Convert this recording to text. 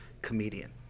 Comedian